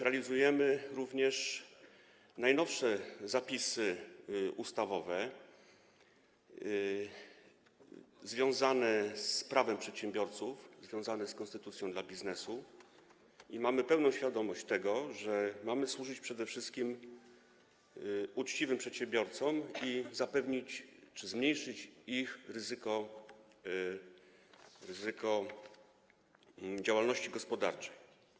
Realizujemy również najnowsze zapisy ustawowe związane z prawem przedsiębiorców, związane z konstytucją dla biznesu, i mamy pełną świadomość tego, że mamy służyć przede wszystkim uczciwym przedsiębiorcom i zmniejszyć ich ryzyko prowadzenia działalności gospodarczej.